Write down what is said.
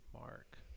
Mark